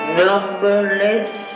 numberless